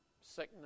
sickness